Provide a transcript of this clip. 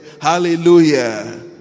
Hallelujah